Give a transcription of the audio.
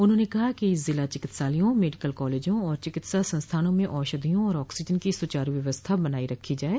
उन्होंने कहा कि जिला चिकित्सालयों मेडिकल कॉलेजों और चिकित्सा संस्थानों में औषधियों और आक्सीजन की सुचारू व्यवस्था बनायी रखी जाये